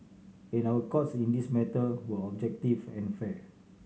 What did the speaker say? and our Courts in this matter were objective and fair